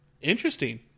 Interesting